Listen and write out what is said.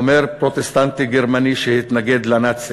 כומר פרוטסטנטי גרמני שהתנגד לנאציזם.